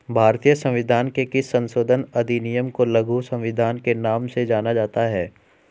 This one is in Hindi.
भारतीय संविधान के किस संशोधन अधिनियम को लघु संविधान के नाम से जाना जाता है?